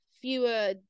fewer